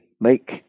make